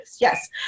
yes